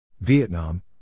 Vietnam